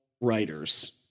writers